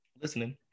Listening